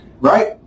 right